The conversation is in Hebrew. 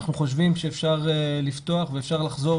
אנחנו חושבים שאפשר לפתוח ואפשר לחזור